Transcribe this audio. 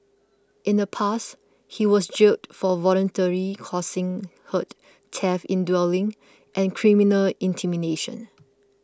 in the past he was jailed for voluntarily causing hurt theft in dwelling and criminal intimidation